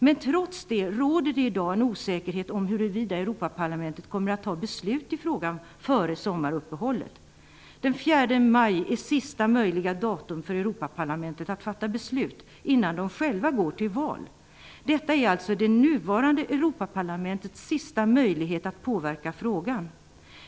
Men trots detta råder det i dag en osäkerhet om huruvida Europaparlamentet kommer att fatta beslut i frågan före sommaruppehållet. Den 4 maj är sista möjliga datum för Europaparlamentet att fatta beslut innan man själv går till val. Detta är alltså det nuvarande Europaparlamentets sista möjlighet att påverka frågan.